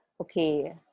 okay